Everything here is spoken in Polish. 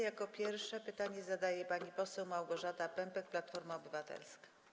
Jako pierwsza pytanie zadaje pani poseł Małgorzata Pępek, Platforma Obywatelska.